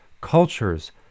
culture's